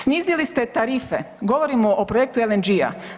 Snizili ste tarife, govorimo o projektu LNG-a.